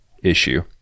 Issue